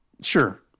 Sure